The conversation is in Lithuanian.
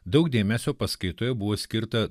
daug dėmesio paskaitoje buvo skirta